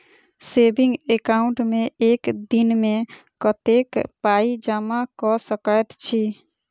Saving account मे एक दिनमे कतेक पाई जमा कऽ सकैत छी?